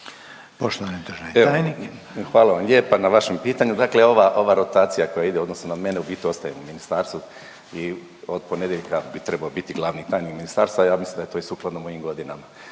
Zdravko** Evo, hvala vam lijepo na vašem pitanju. Dakle ova rotacija koja ide u odnosu na mene, u biti ostajem u Ministarstvu i od ponedjeljka bih trebao biti glavni tajnik Ministarstva, ja mislim da je to i sukladno kojim godinama,